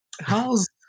how's